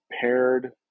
paired